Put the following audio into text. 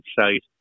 site